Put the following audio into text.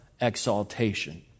exaltation